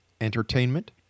Entertainment